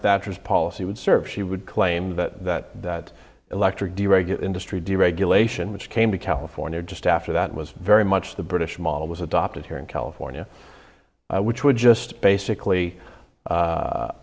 thatcher's policy would serve she would claim that that that electric deregulate industry deregulation which came to california just after that was very much the british model was adopted here in california which would just basically